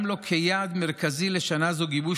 לטווח הארוך יותר: משרד הבריאות שם לו כיעד מרכזי לשנה זו גיבוש